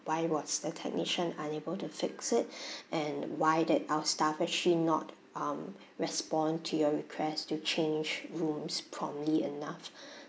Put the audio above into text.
why was the technician unable to fix it and why did our staff actually not um respond to your request to change rooms promptly enough